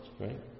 right